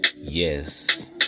Yes